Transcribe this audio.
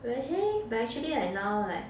but actually but actually like now like